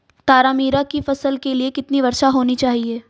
तारामीरा की फसल के लिए कितनी वर्षा होनी चाहिए?